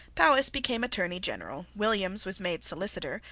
powis became attorney general. williams was made solicitor,